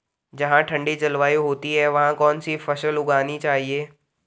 जहाँ ठंडी जलवायु होती है वहाँ कौन सी फसल उगानी चाहिये?